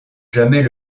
jamais